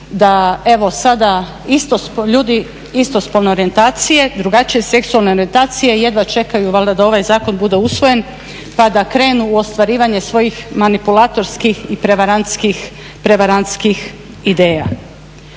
da, evo sada ljudi istospolne orijentacije, drugačije seksualne orijentacije jedva čekaju valjda da ovaj zakon bude usvojen pa da krenu u ostvarivanje svojih manipulatorskih i prevarantskih ideja.